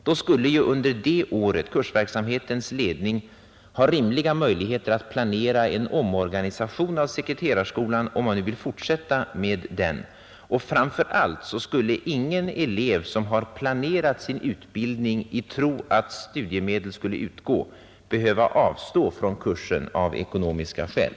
Då skulle under det året Kursverksamhetens ledning ha rimliga möjligheter att planera en omorganisation av sekreterarskolan, om man nu vill fortsätta med den, och framför allt skulle ingen elev som har planerat sin utbildning i tron att studiemedel skulle utgå behöva avstå från kursen av ekonomiska skäl.